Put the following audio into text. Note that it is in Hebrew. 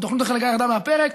ותוכנית החלוקה ירדה מהפרק,